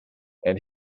and